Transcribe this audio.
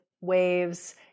waves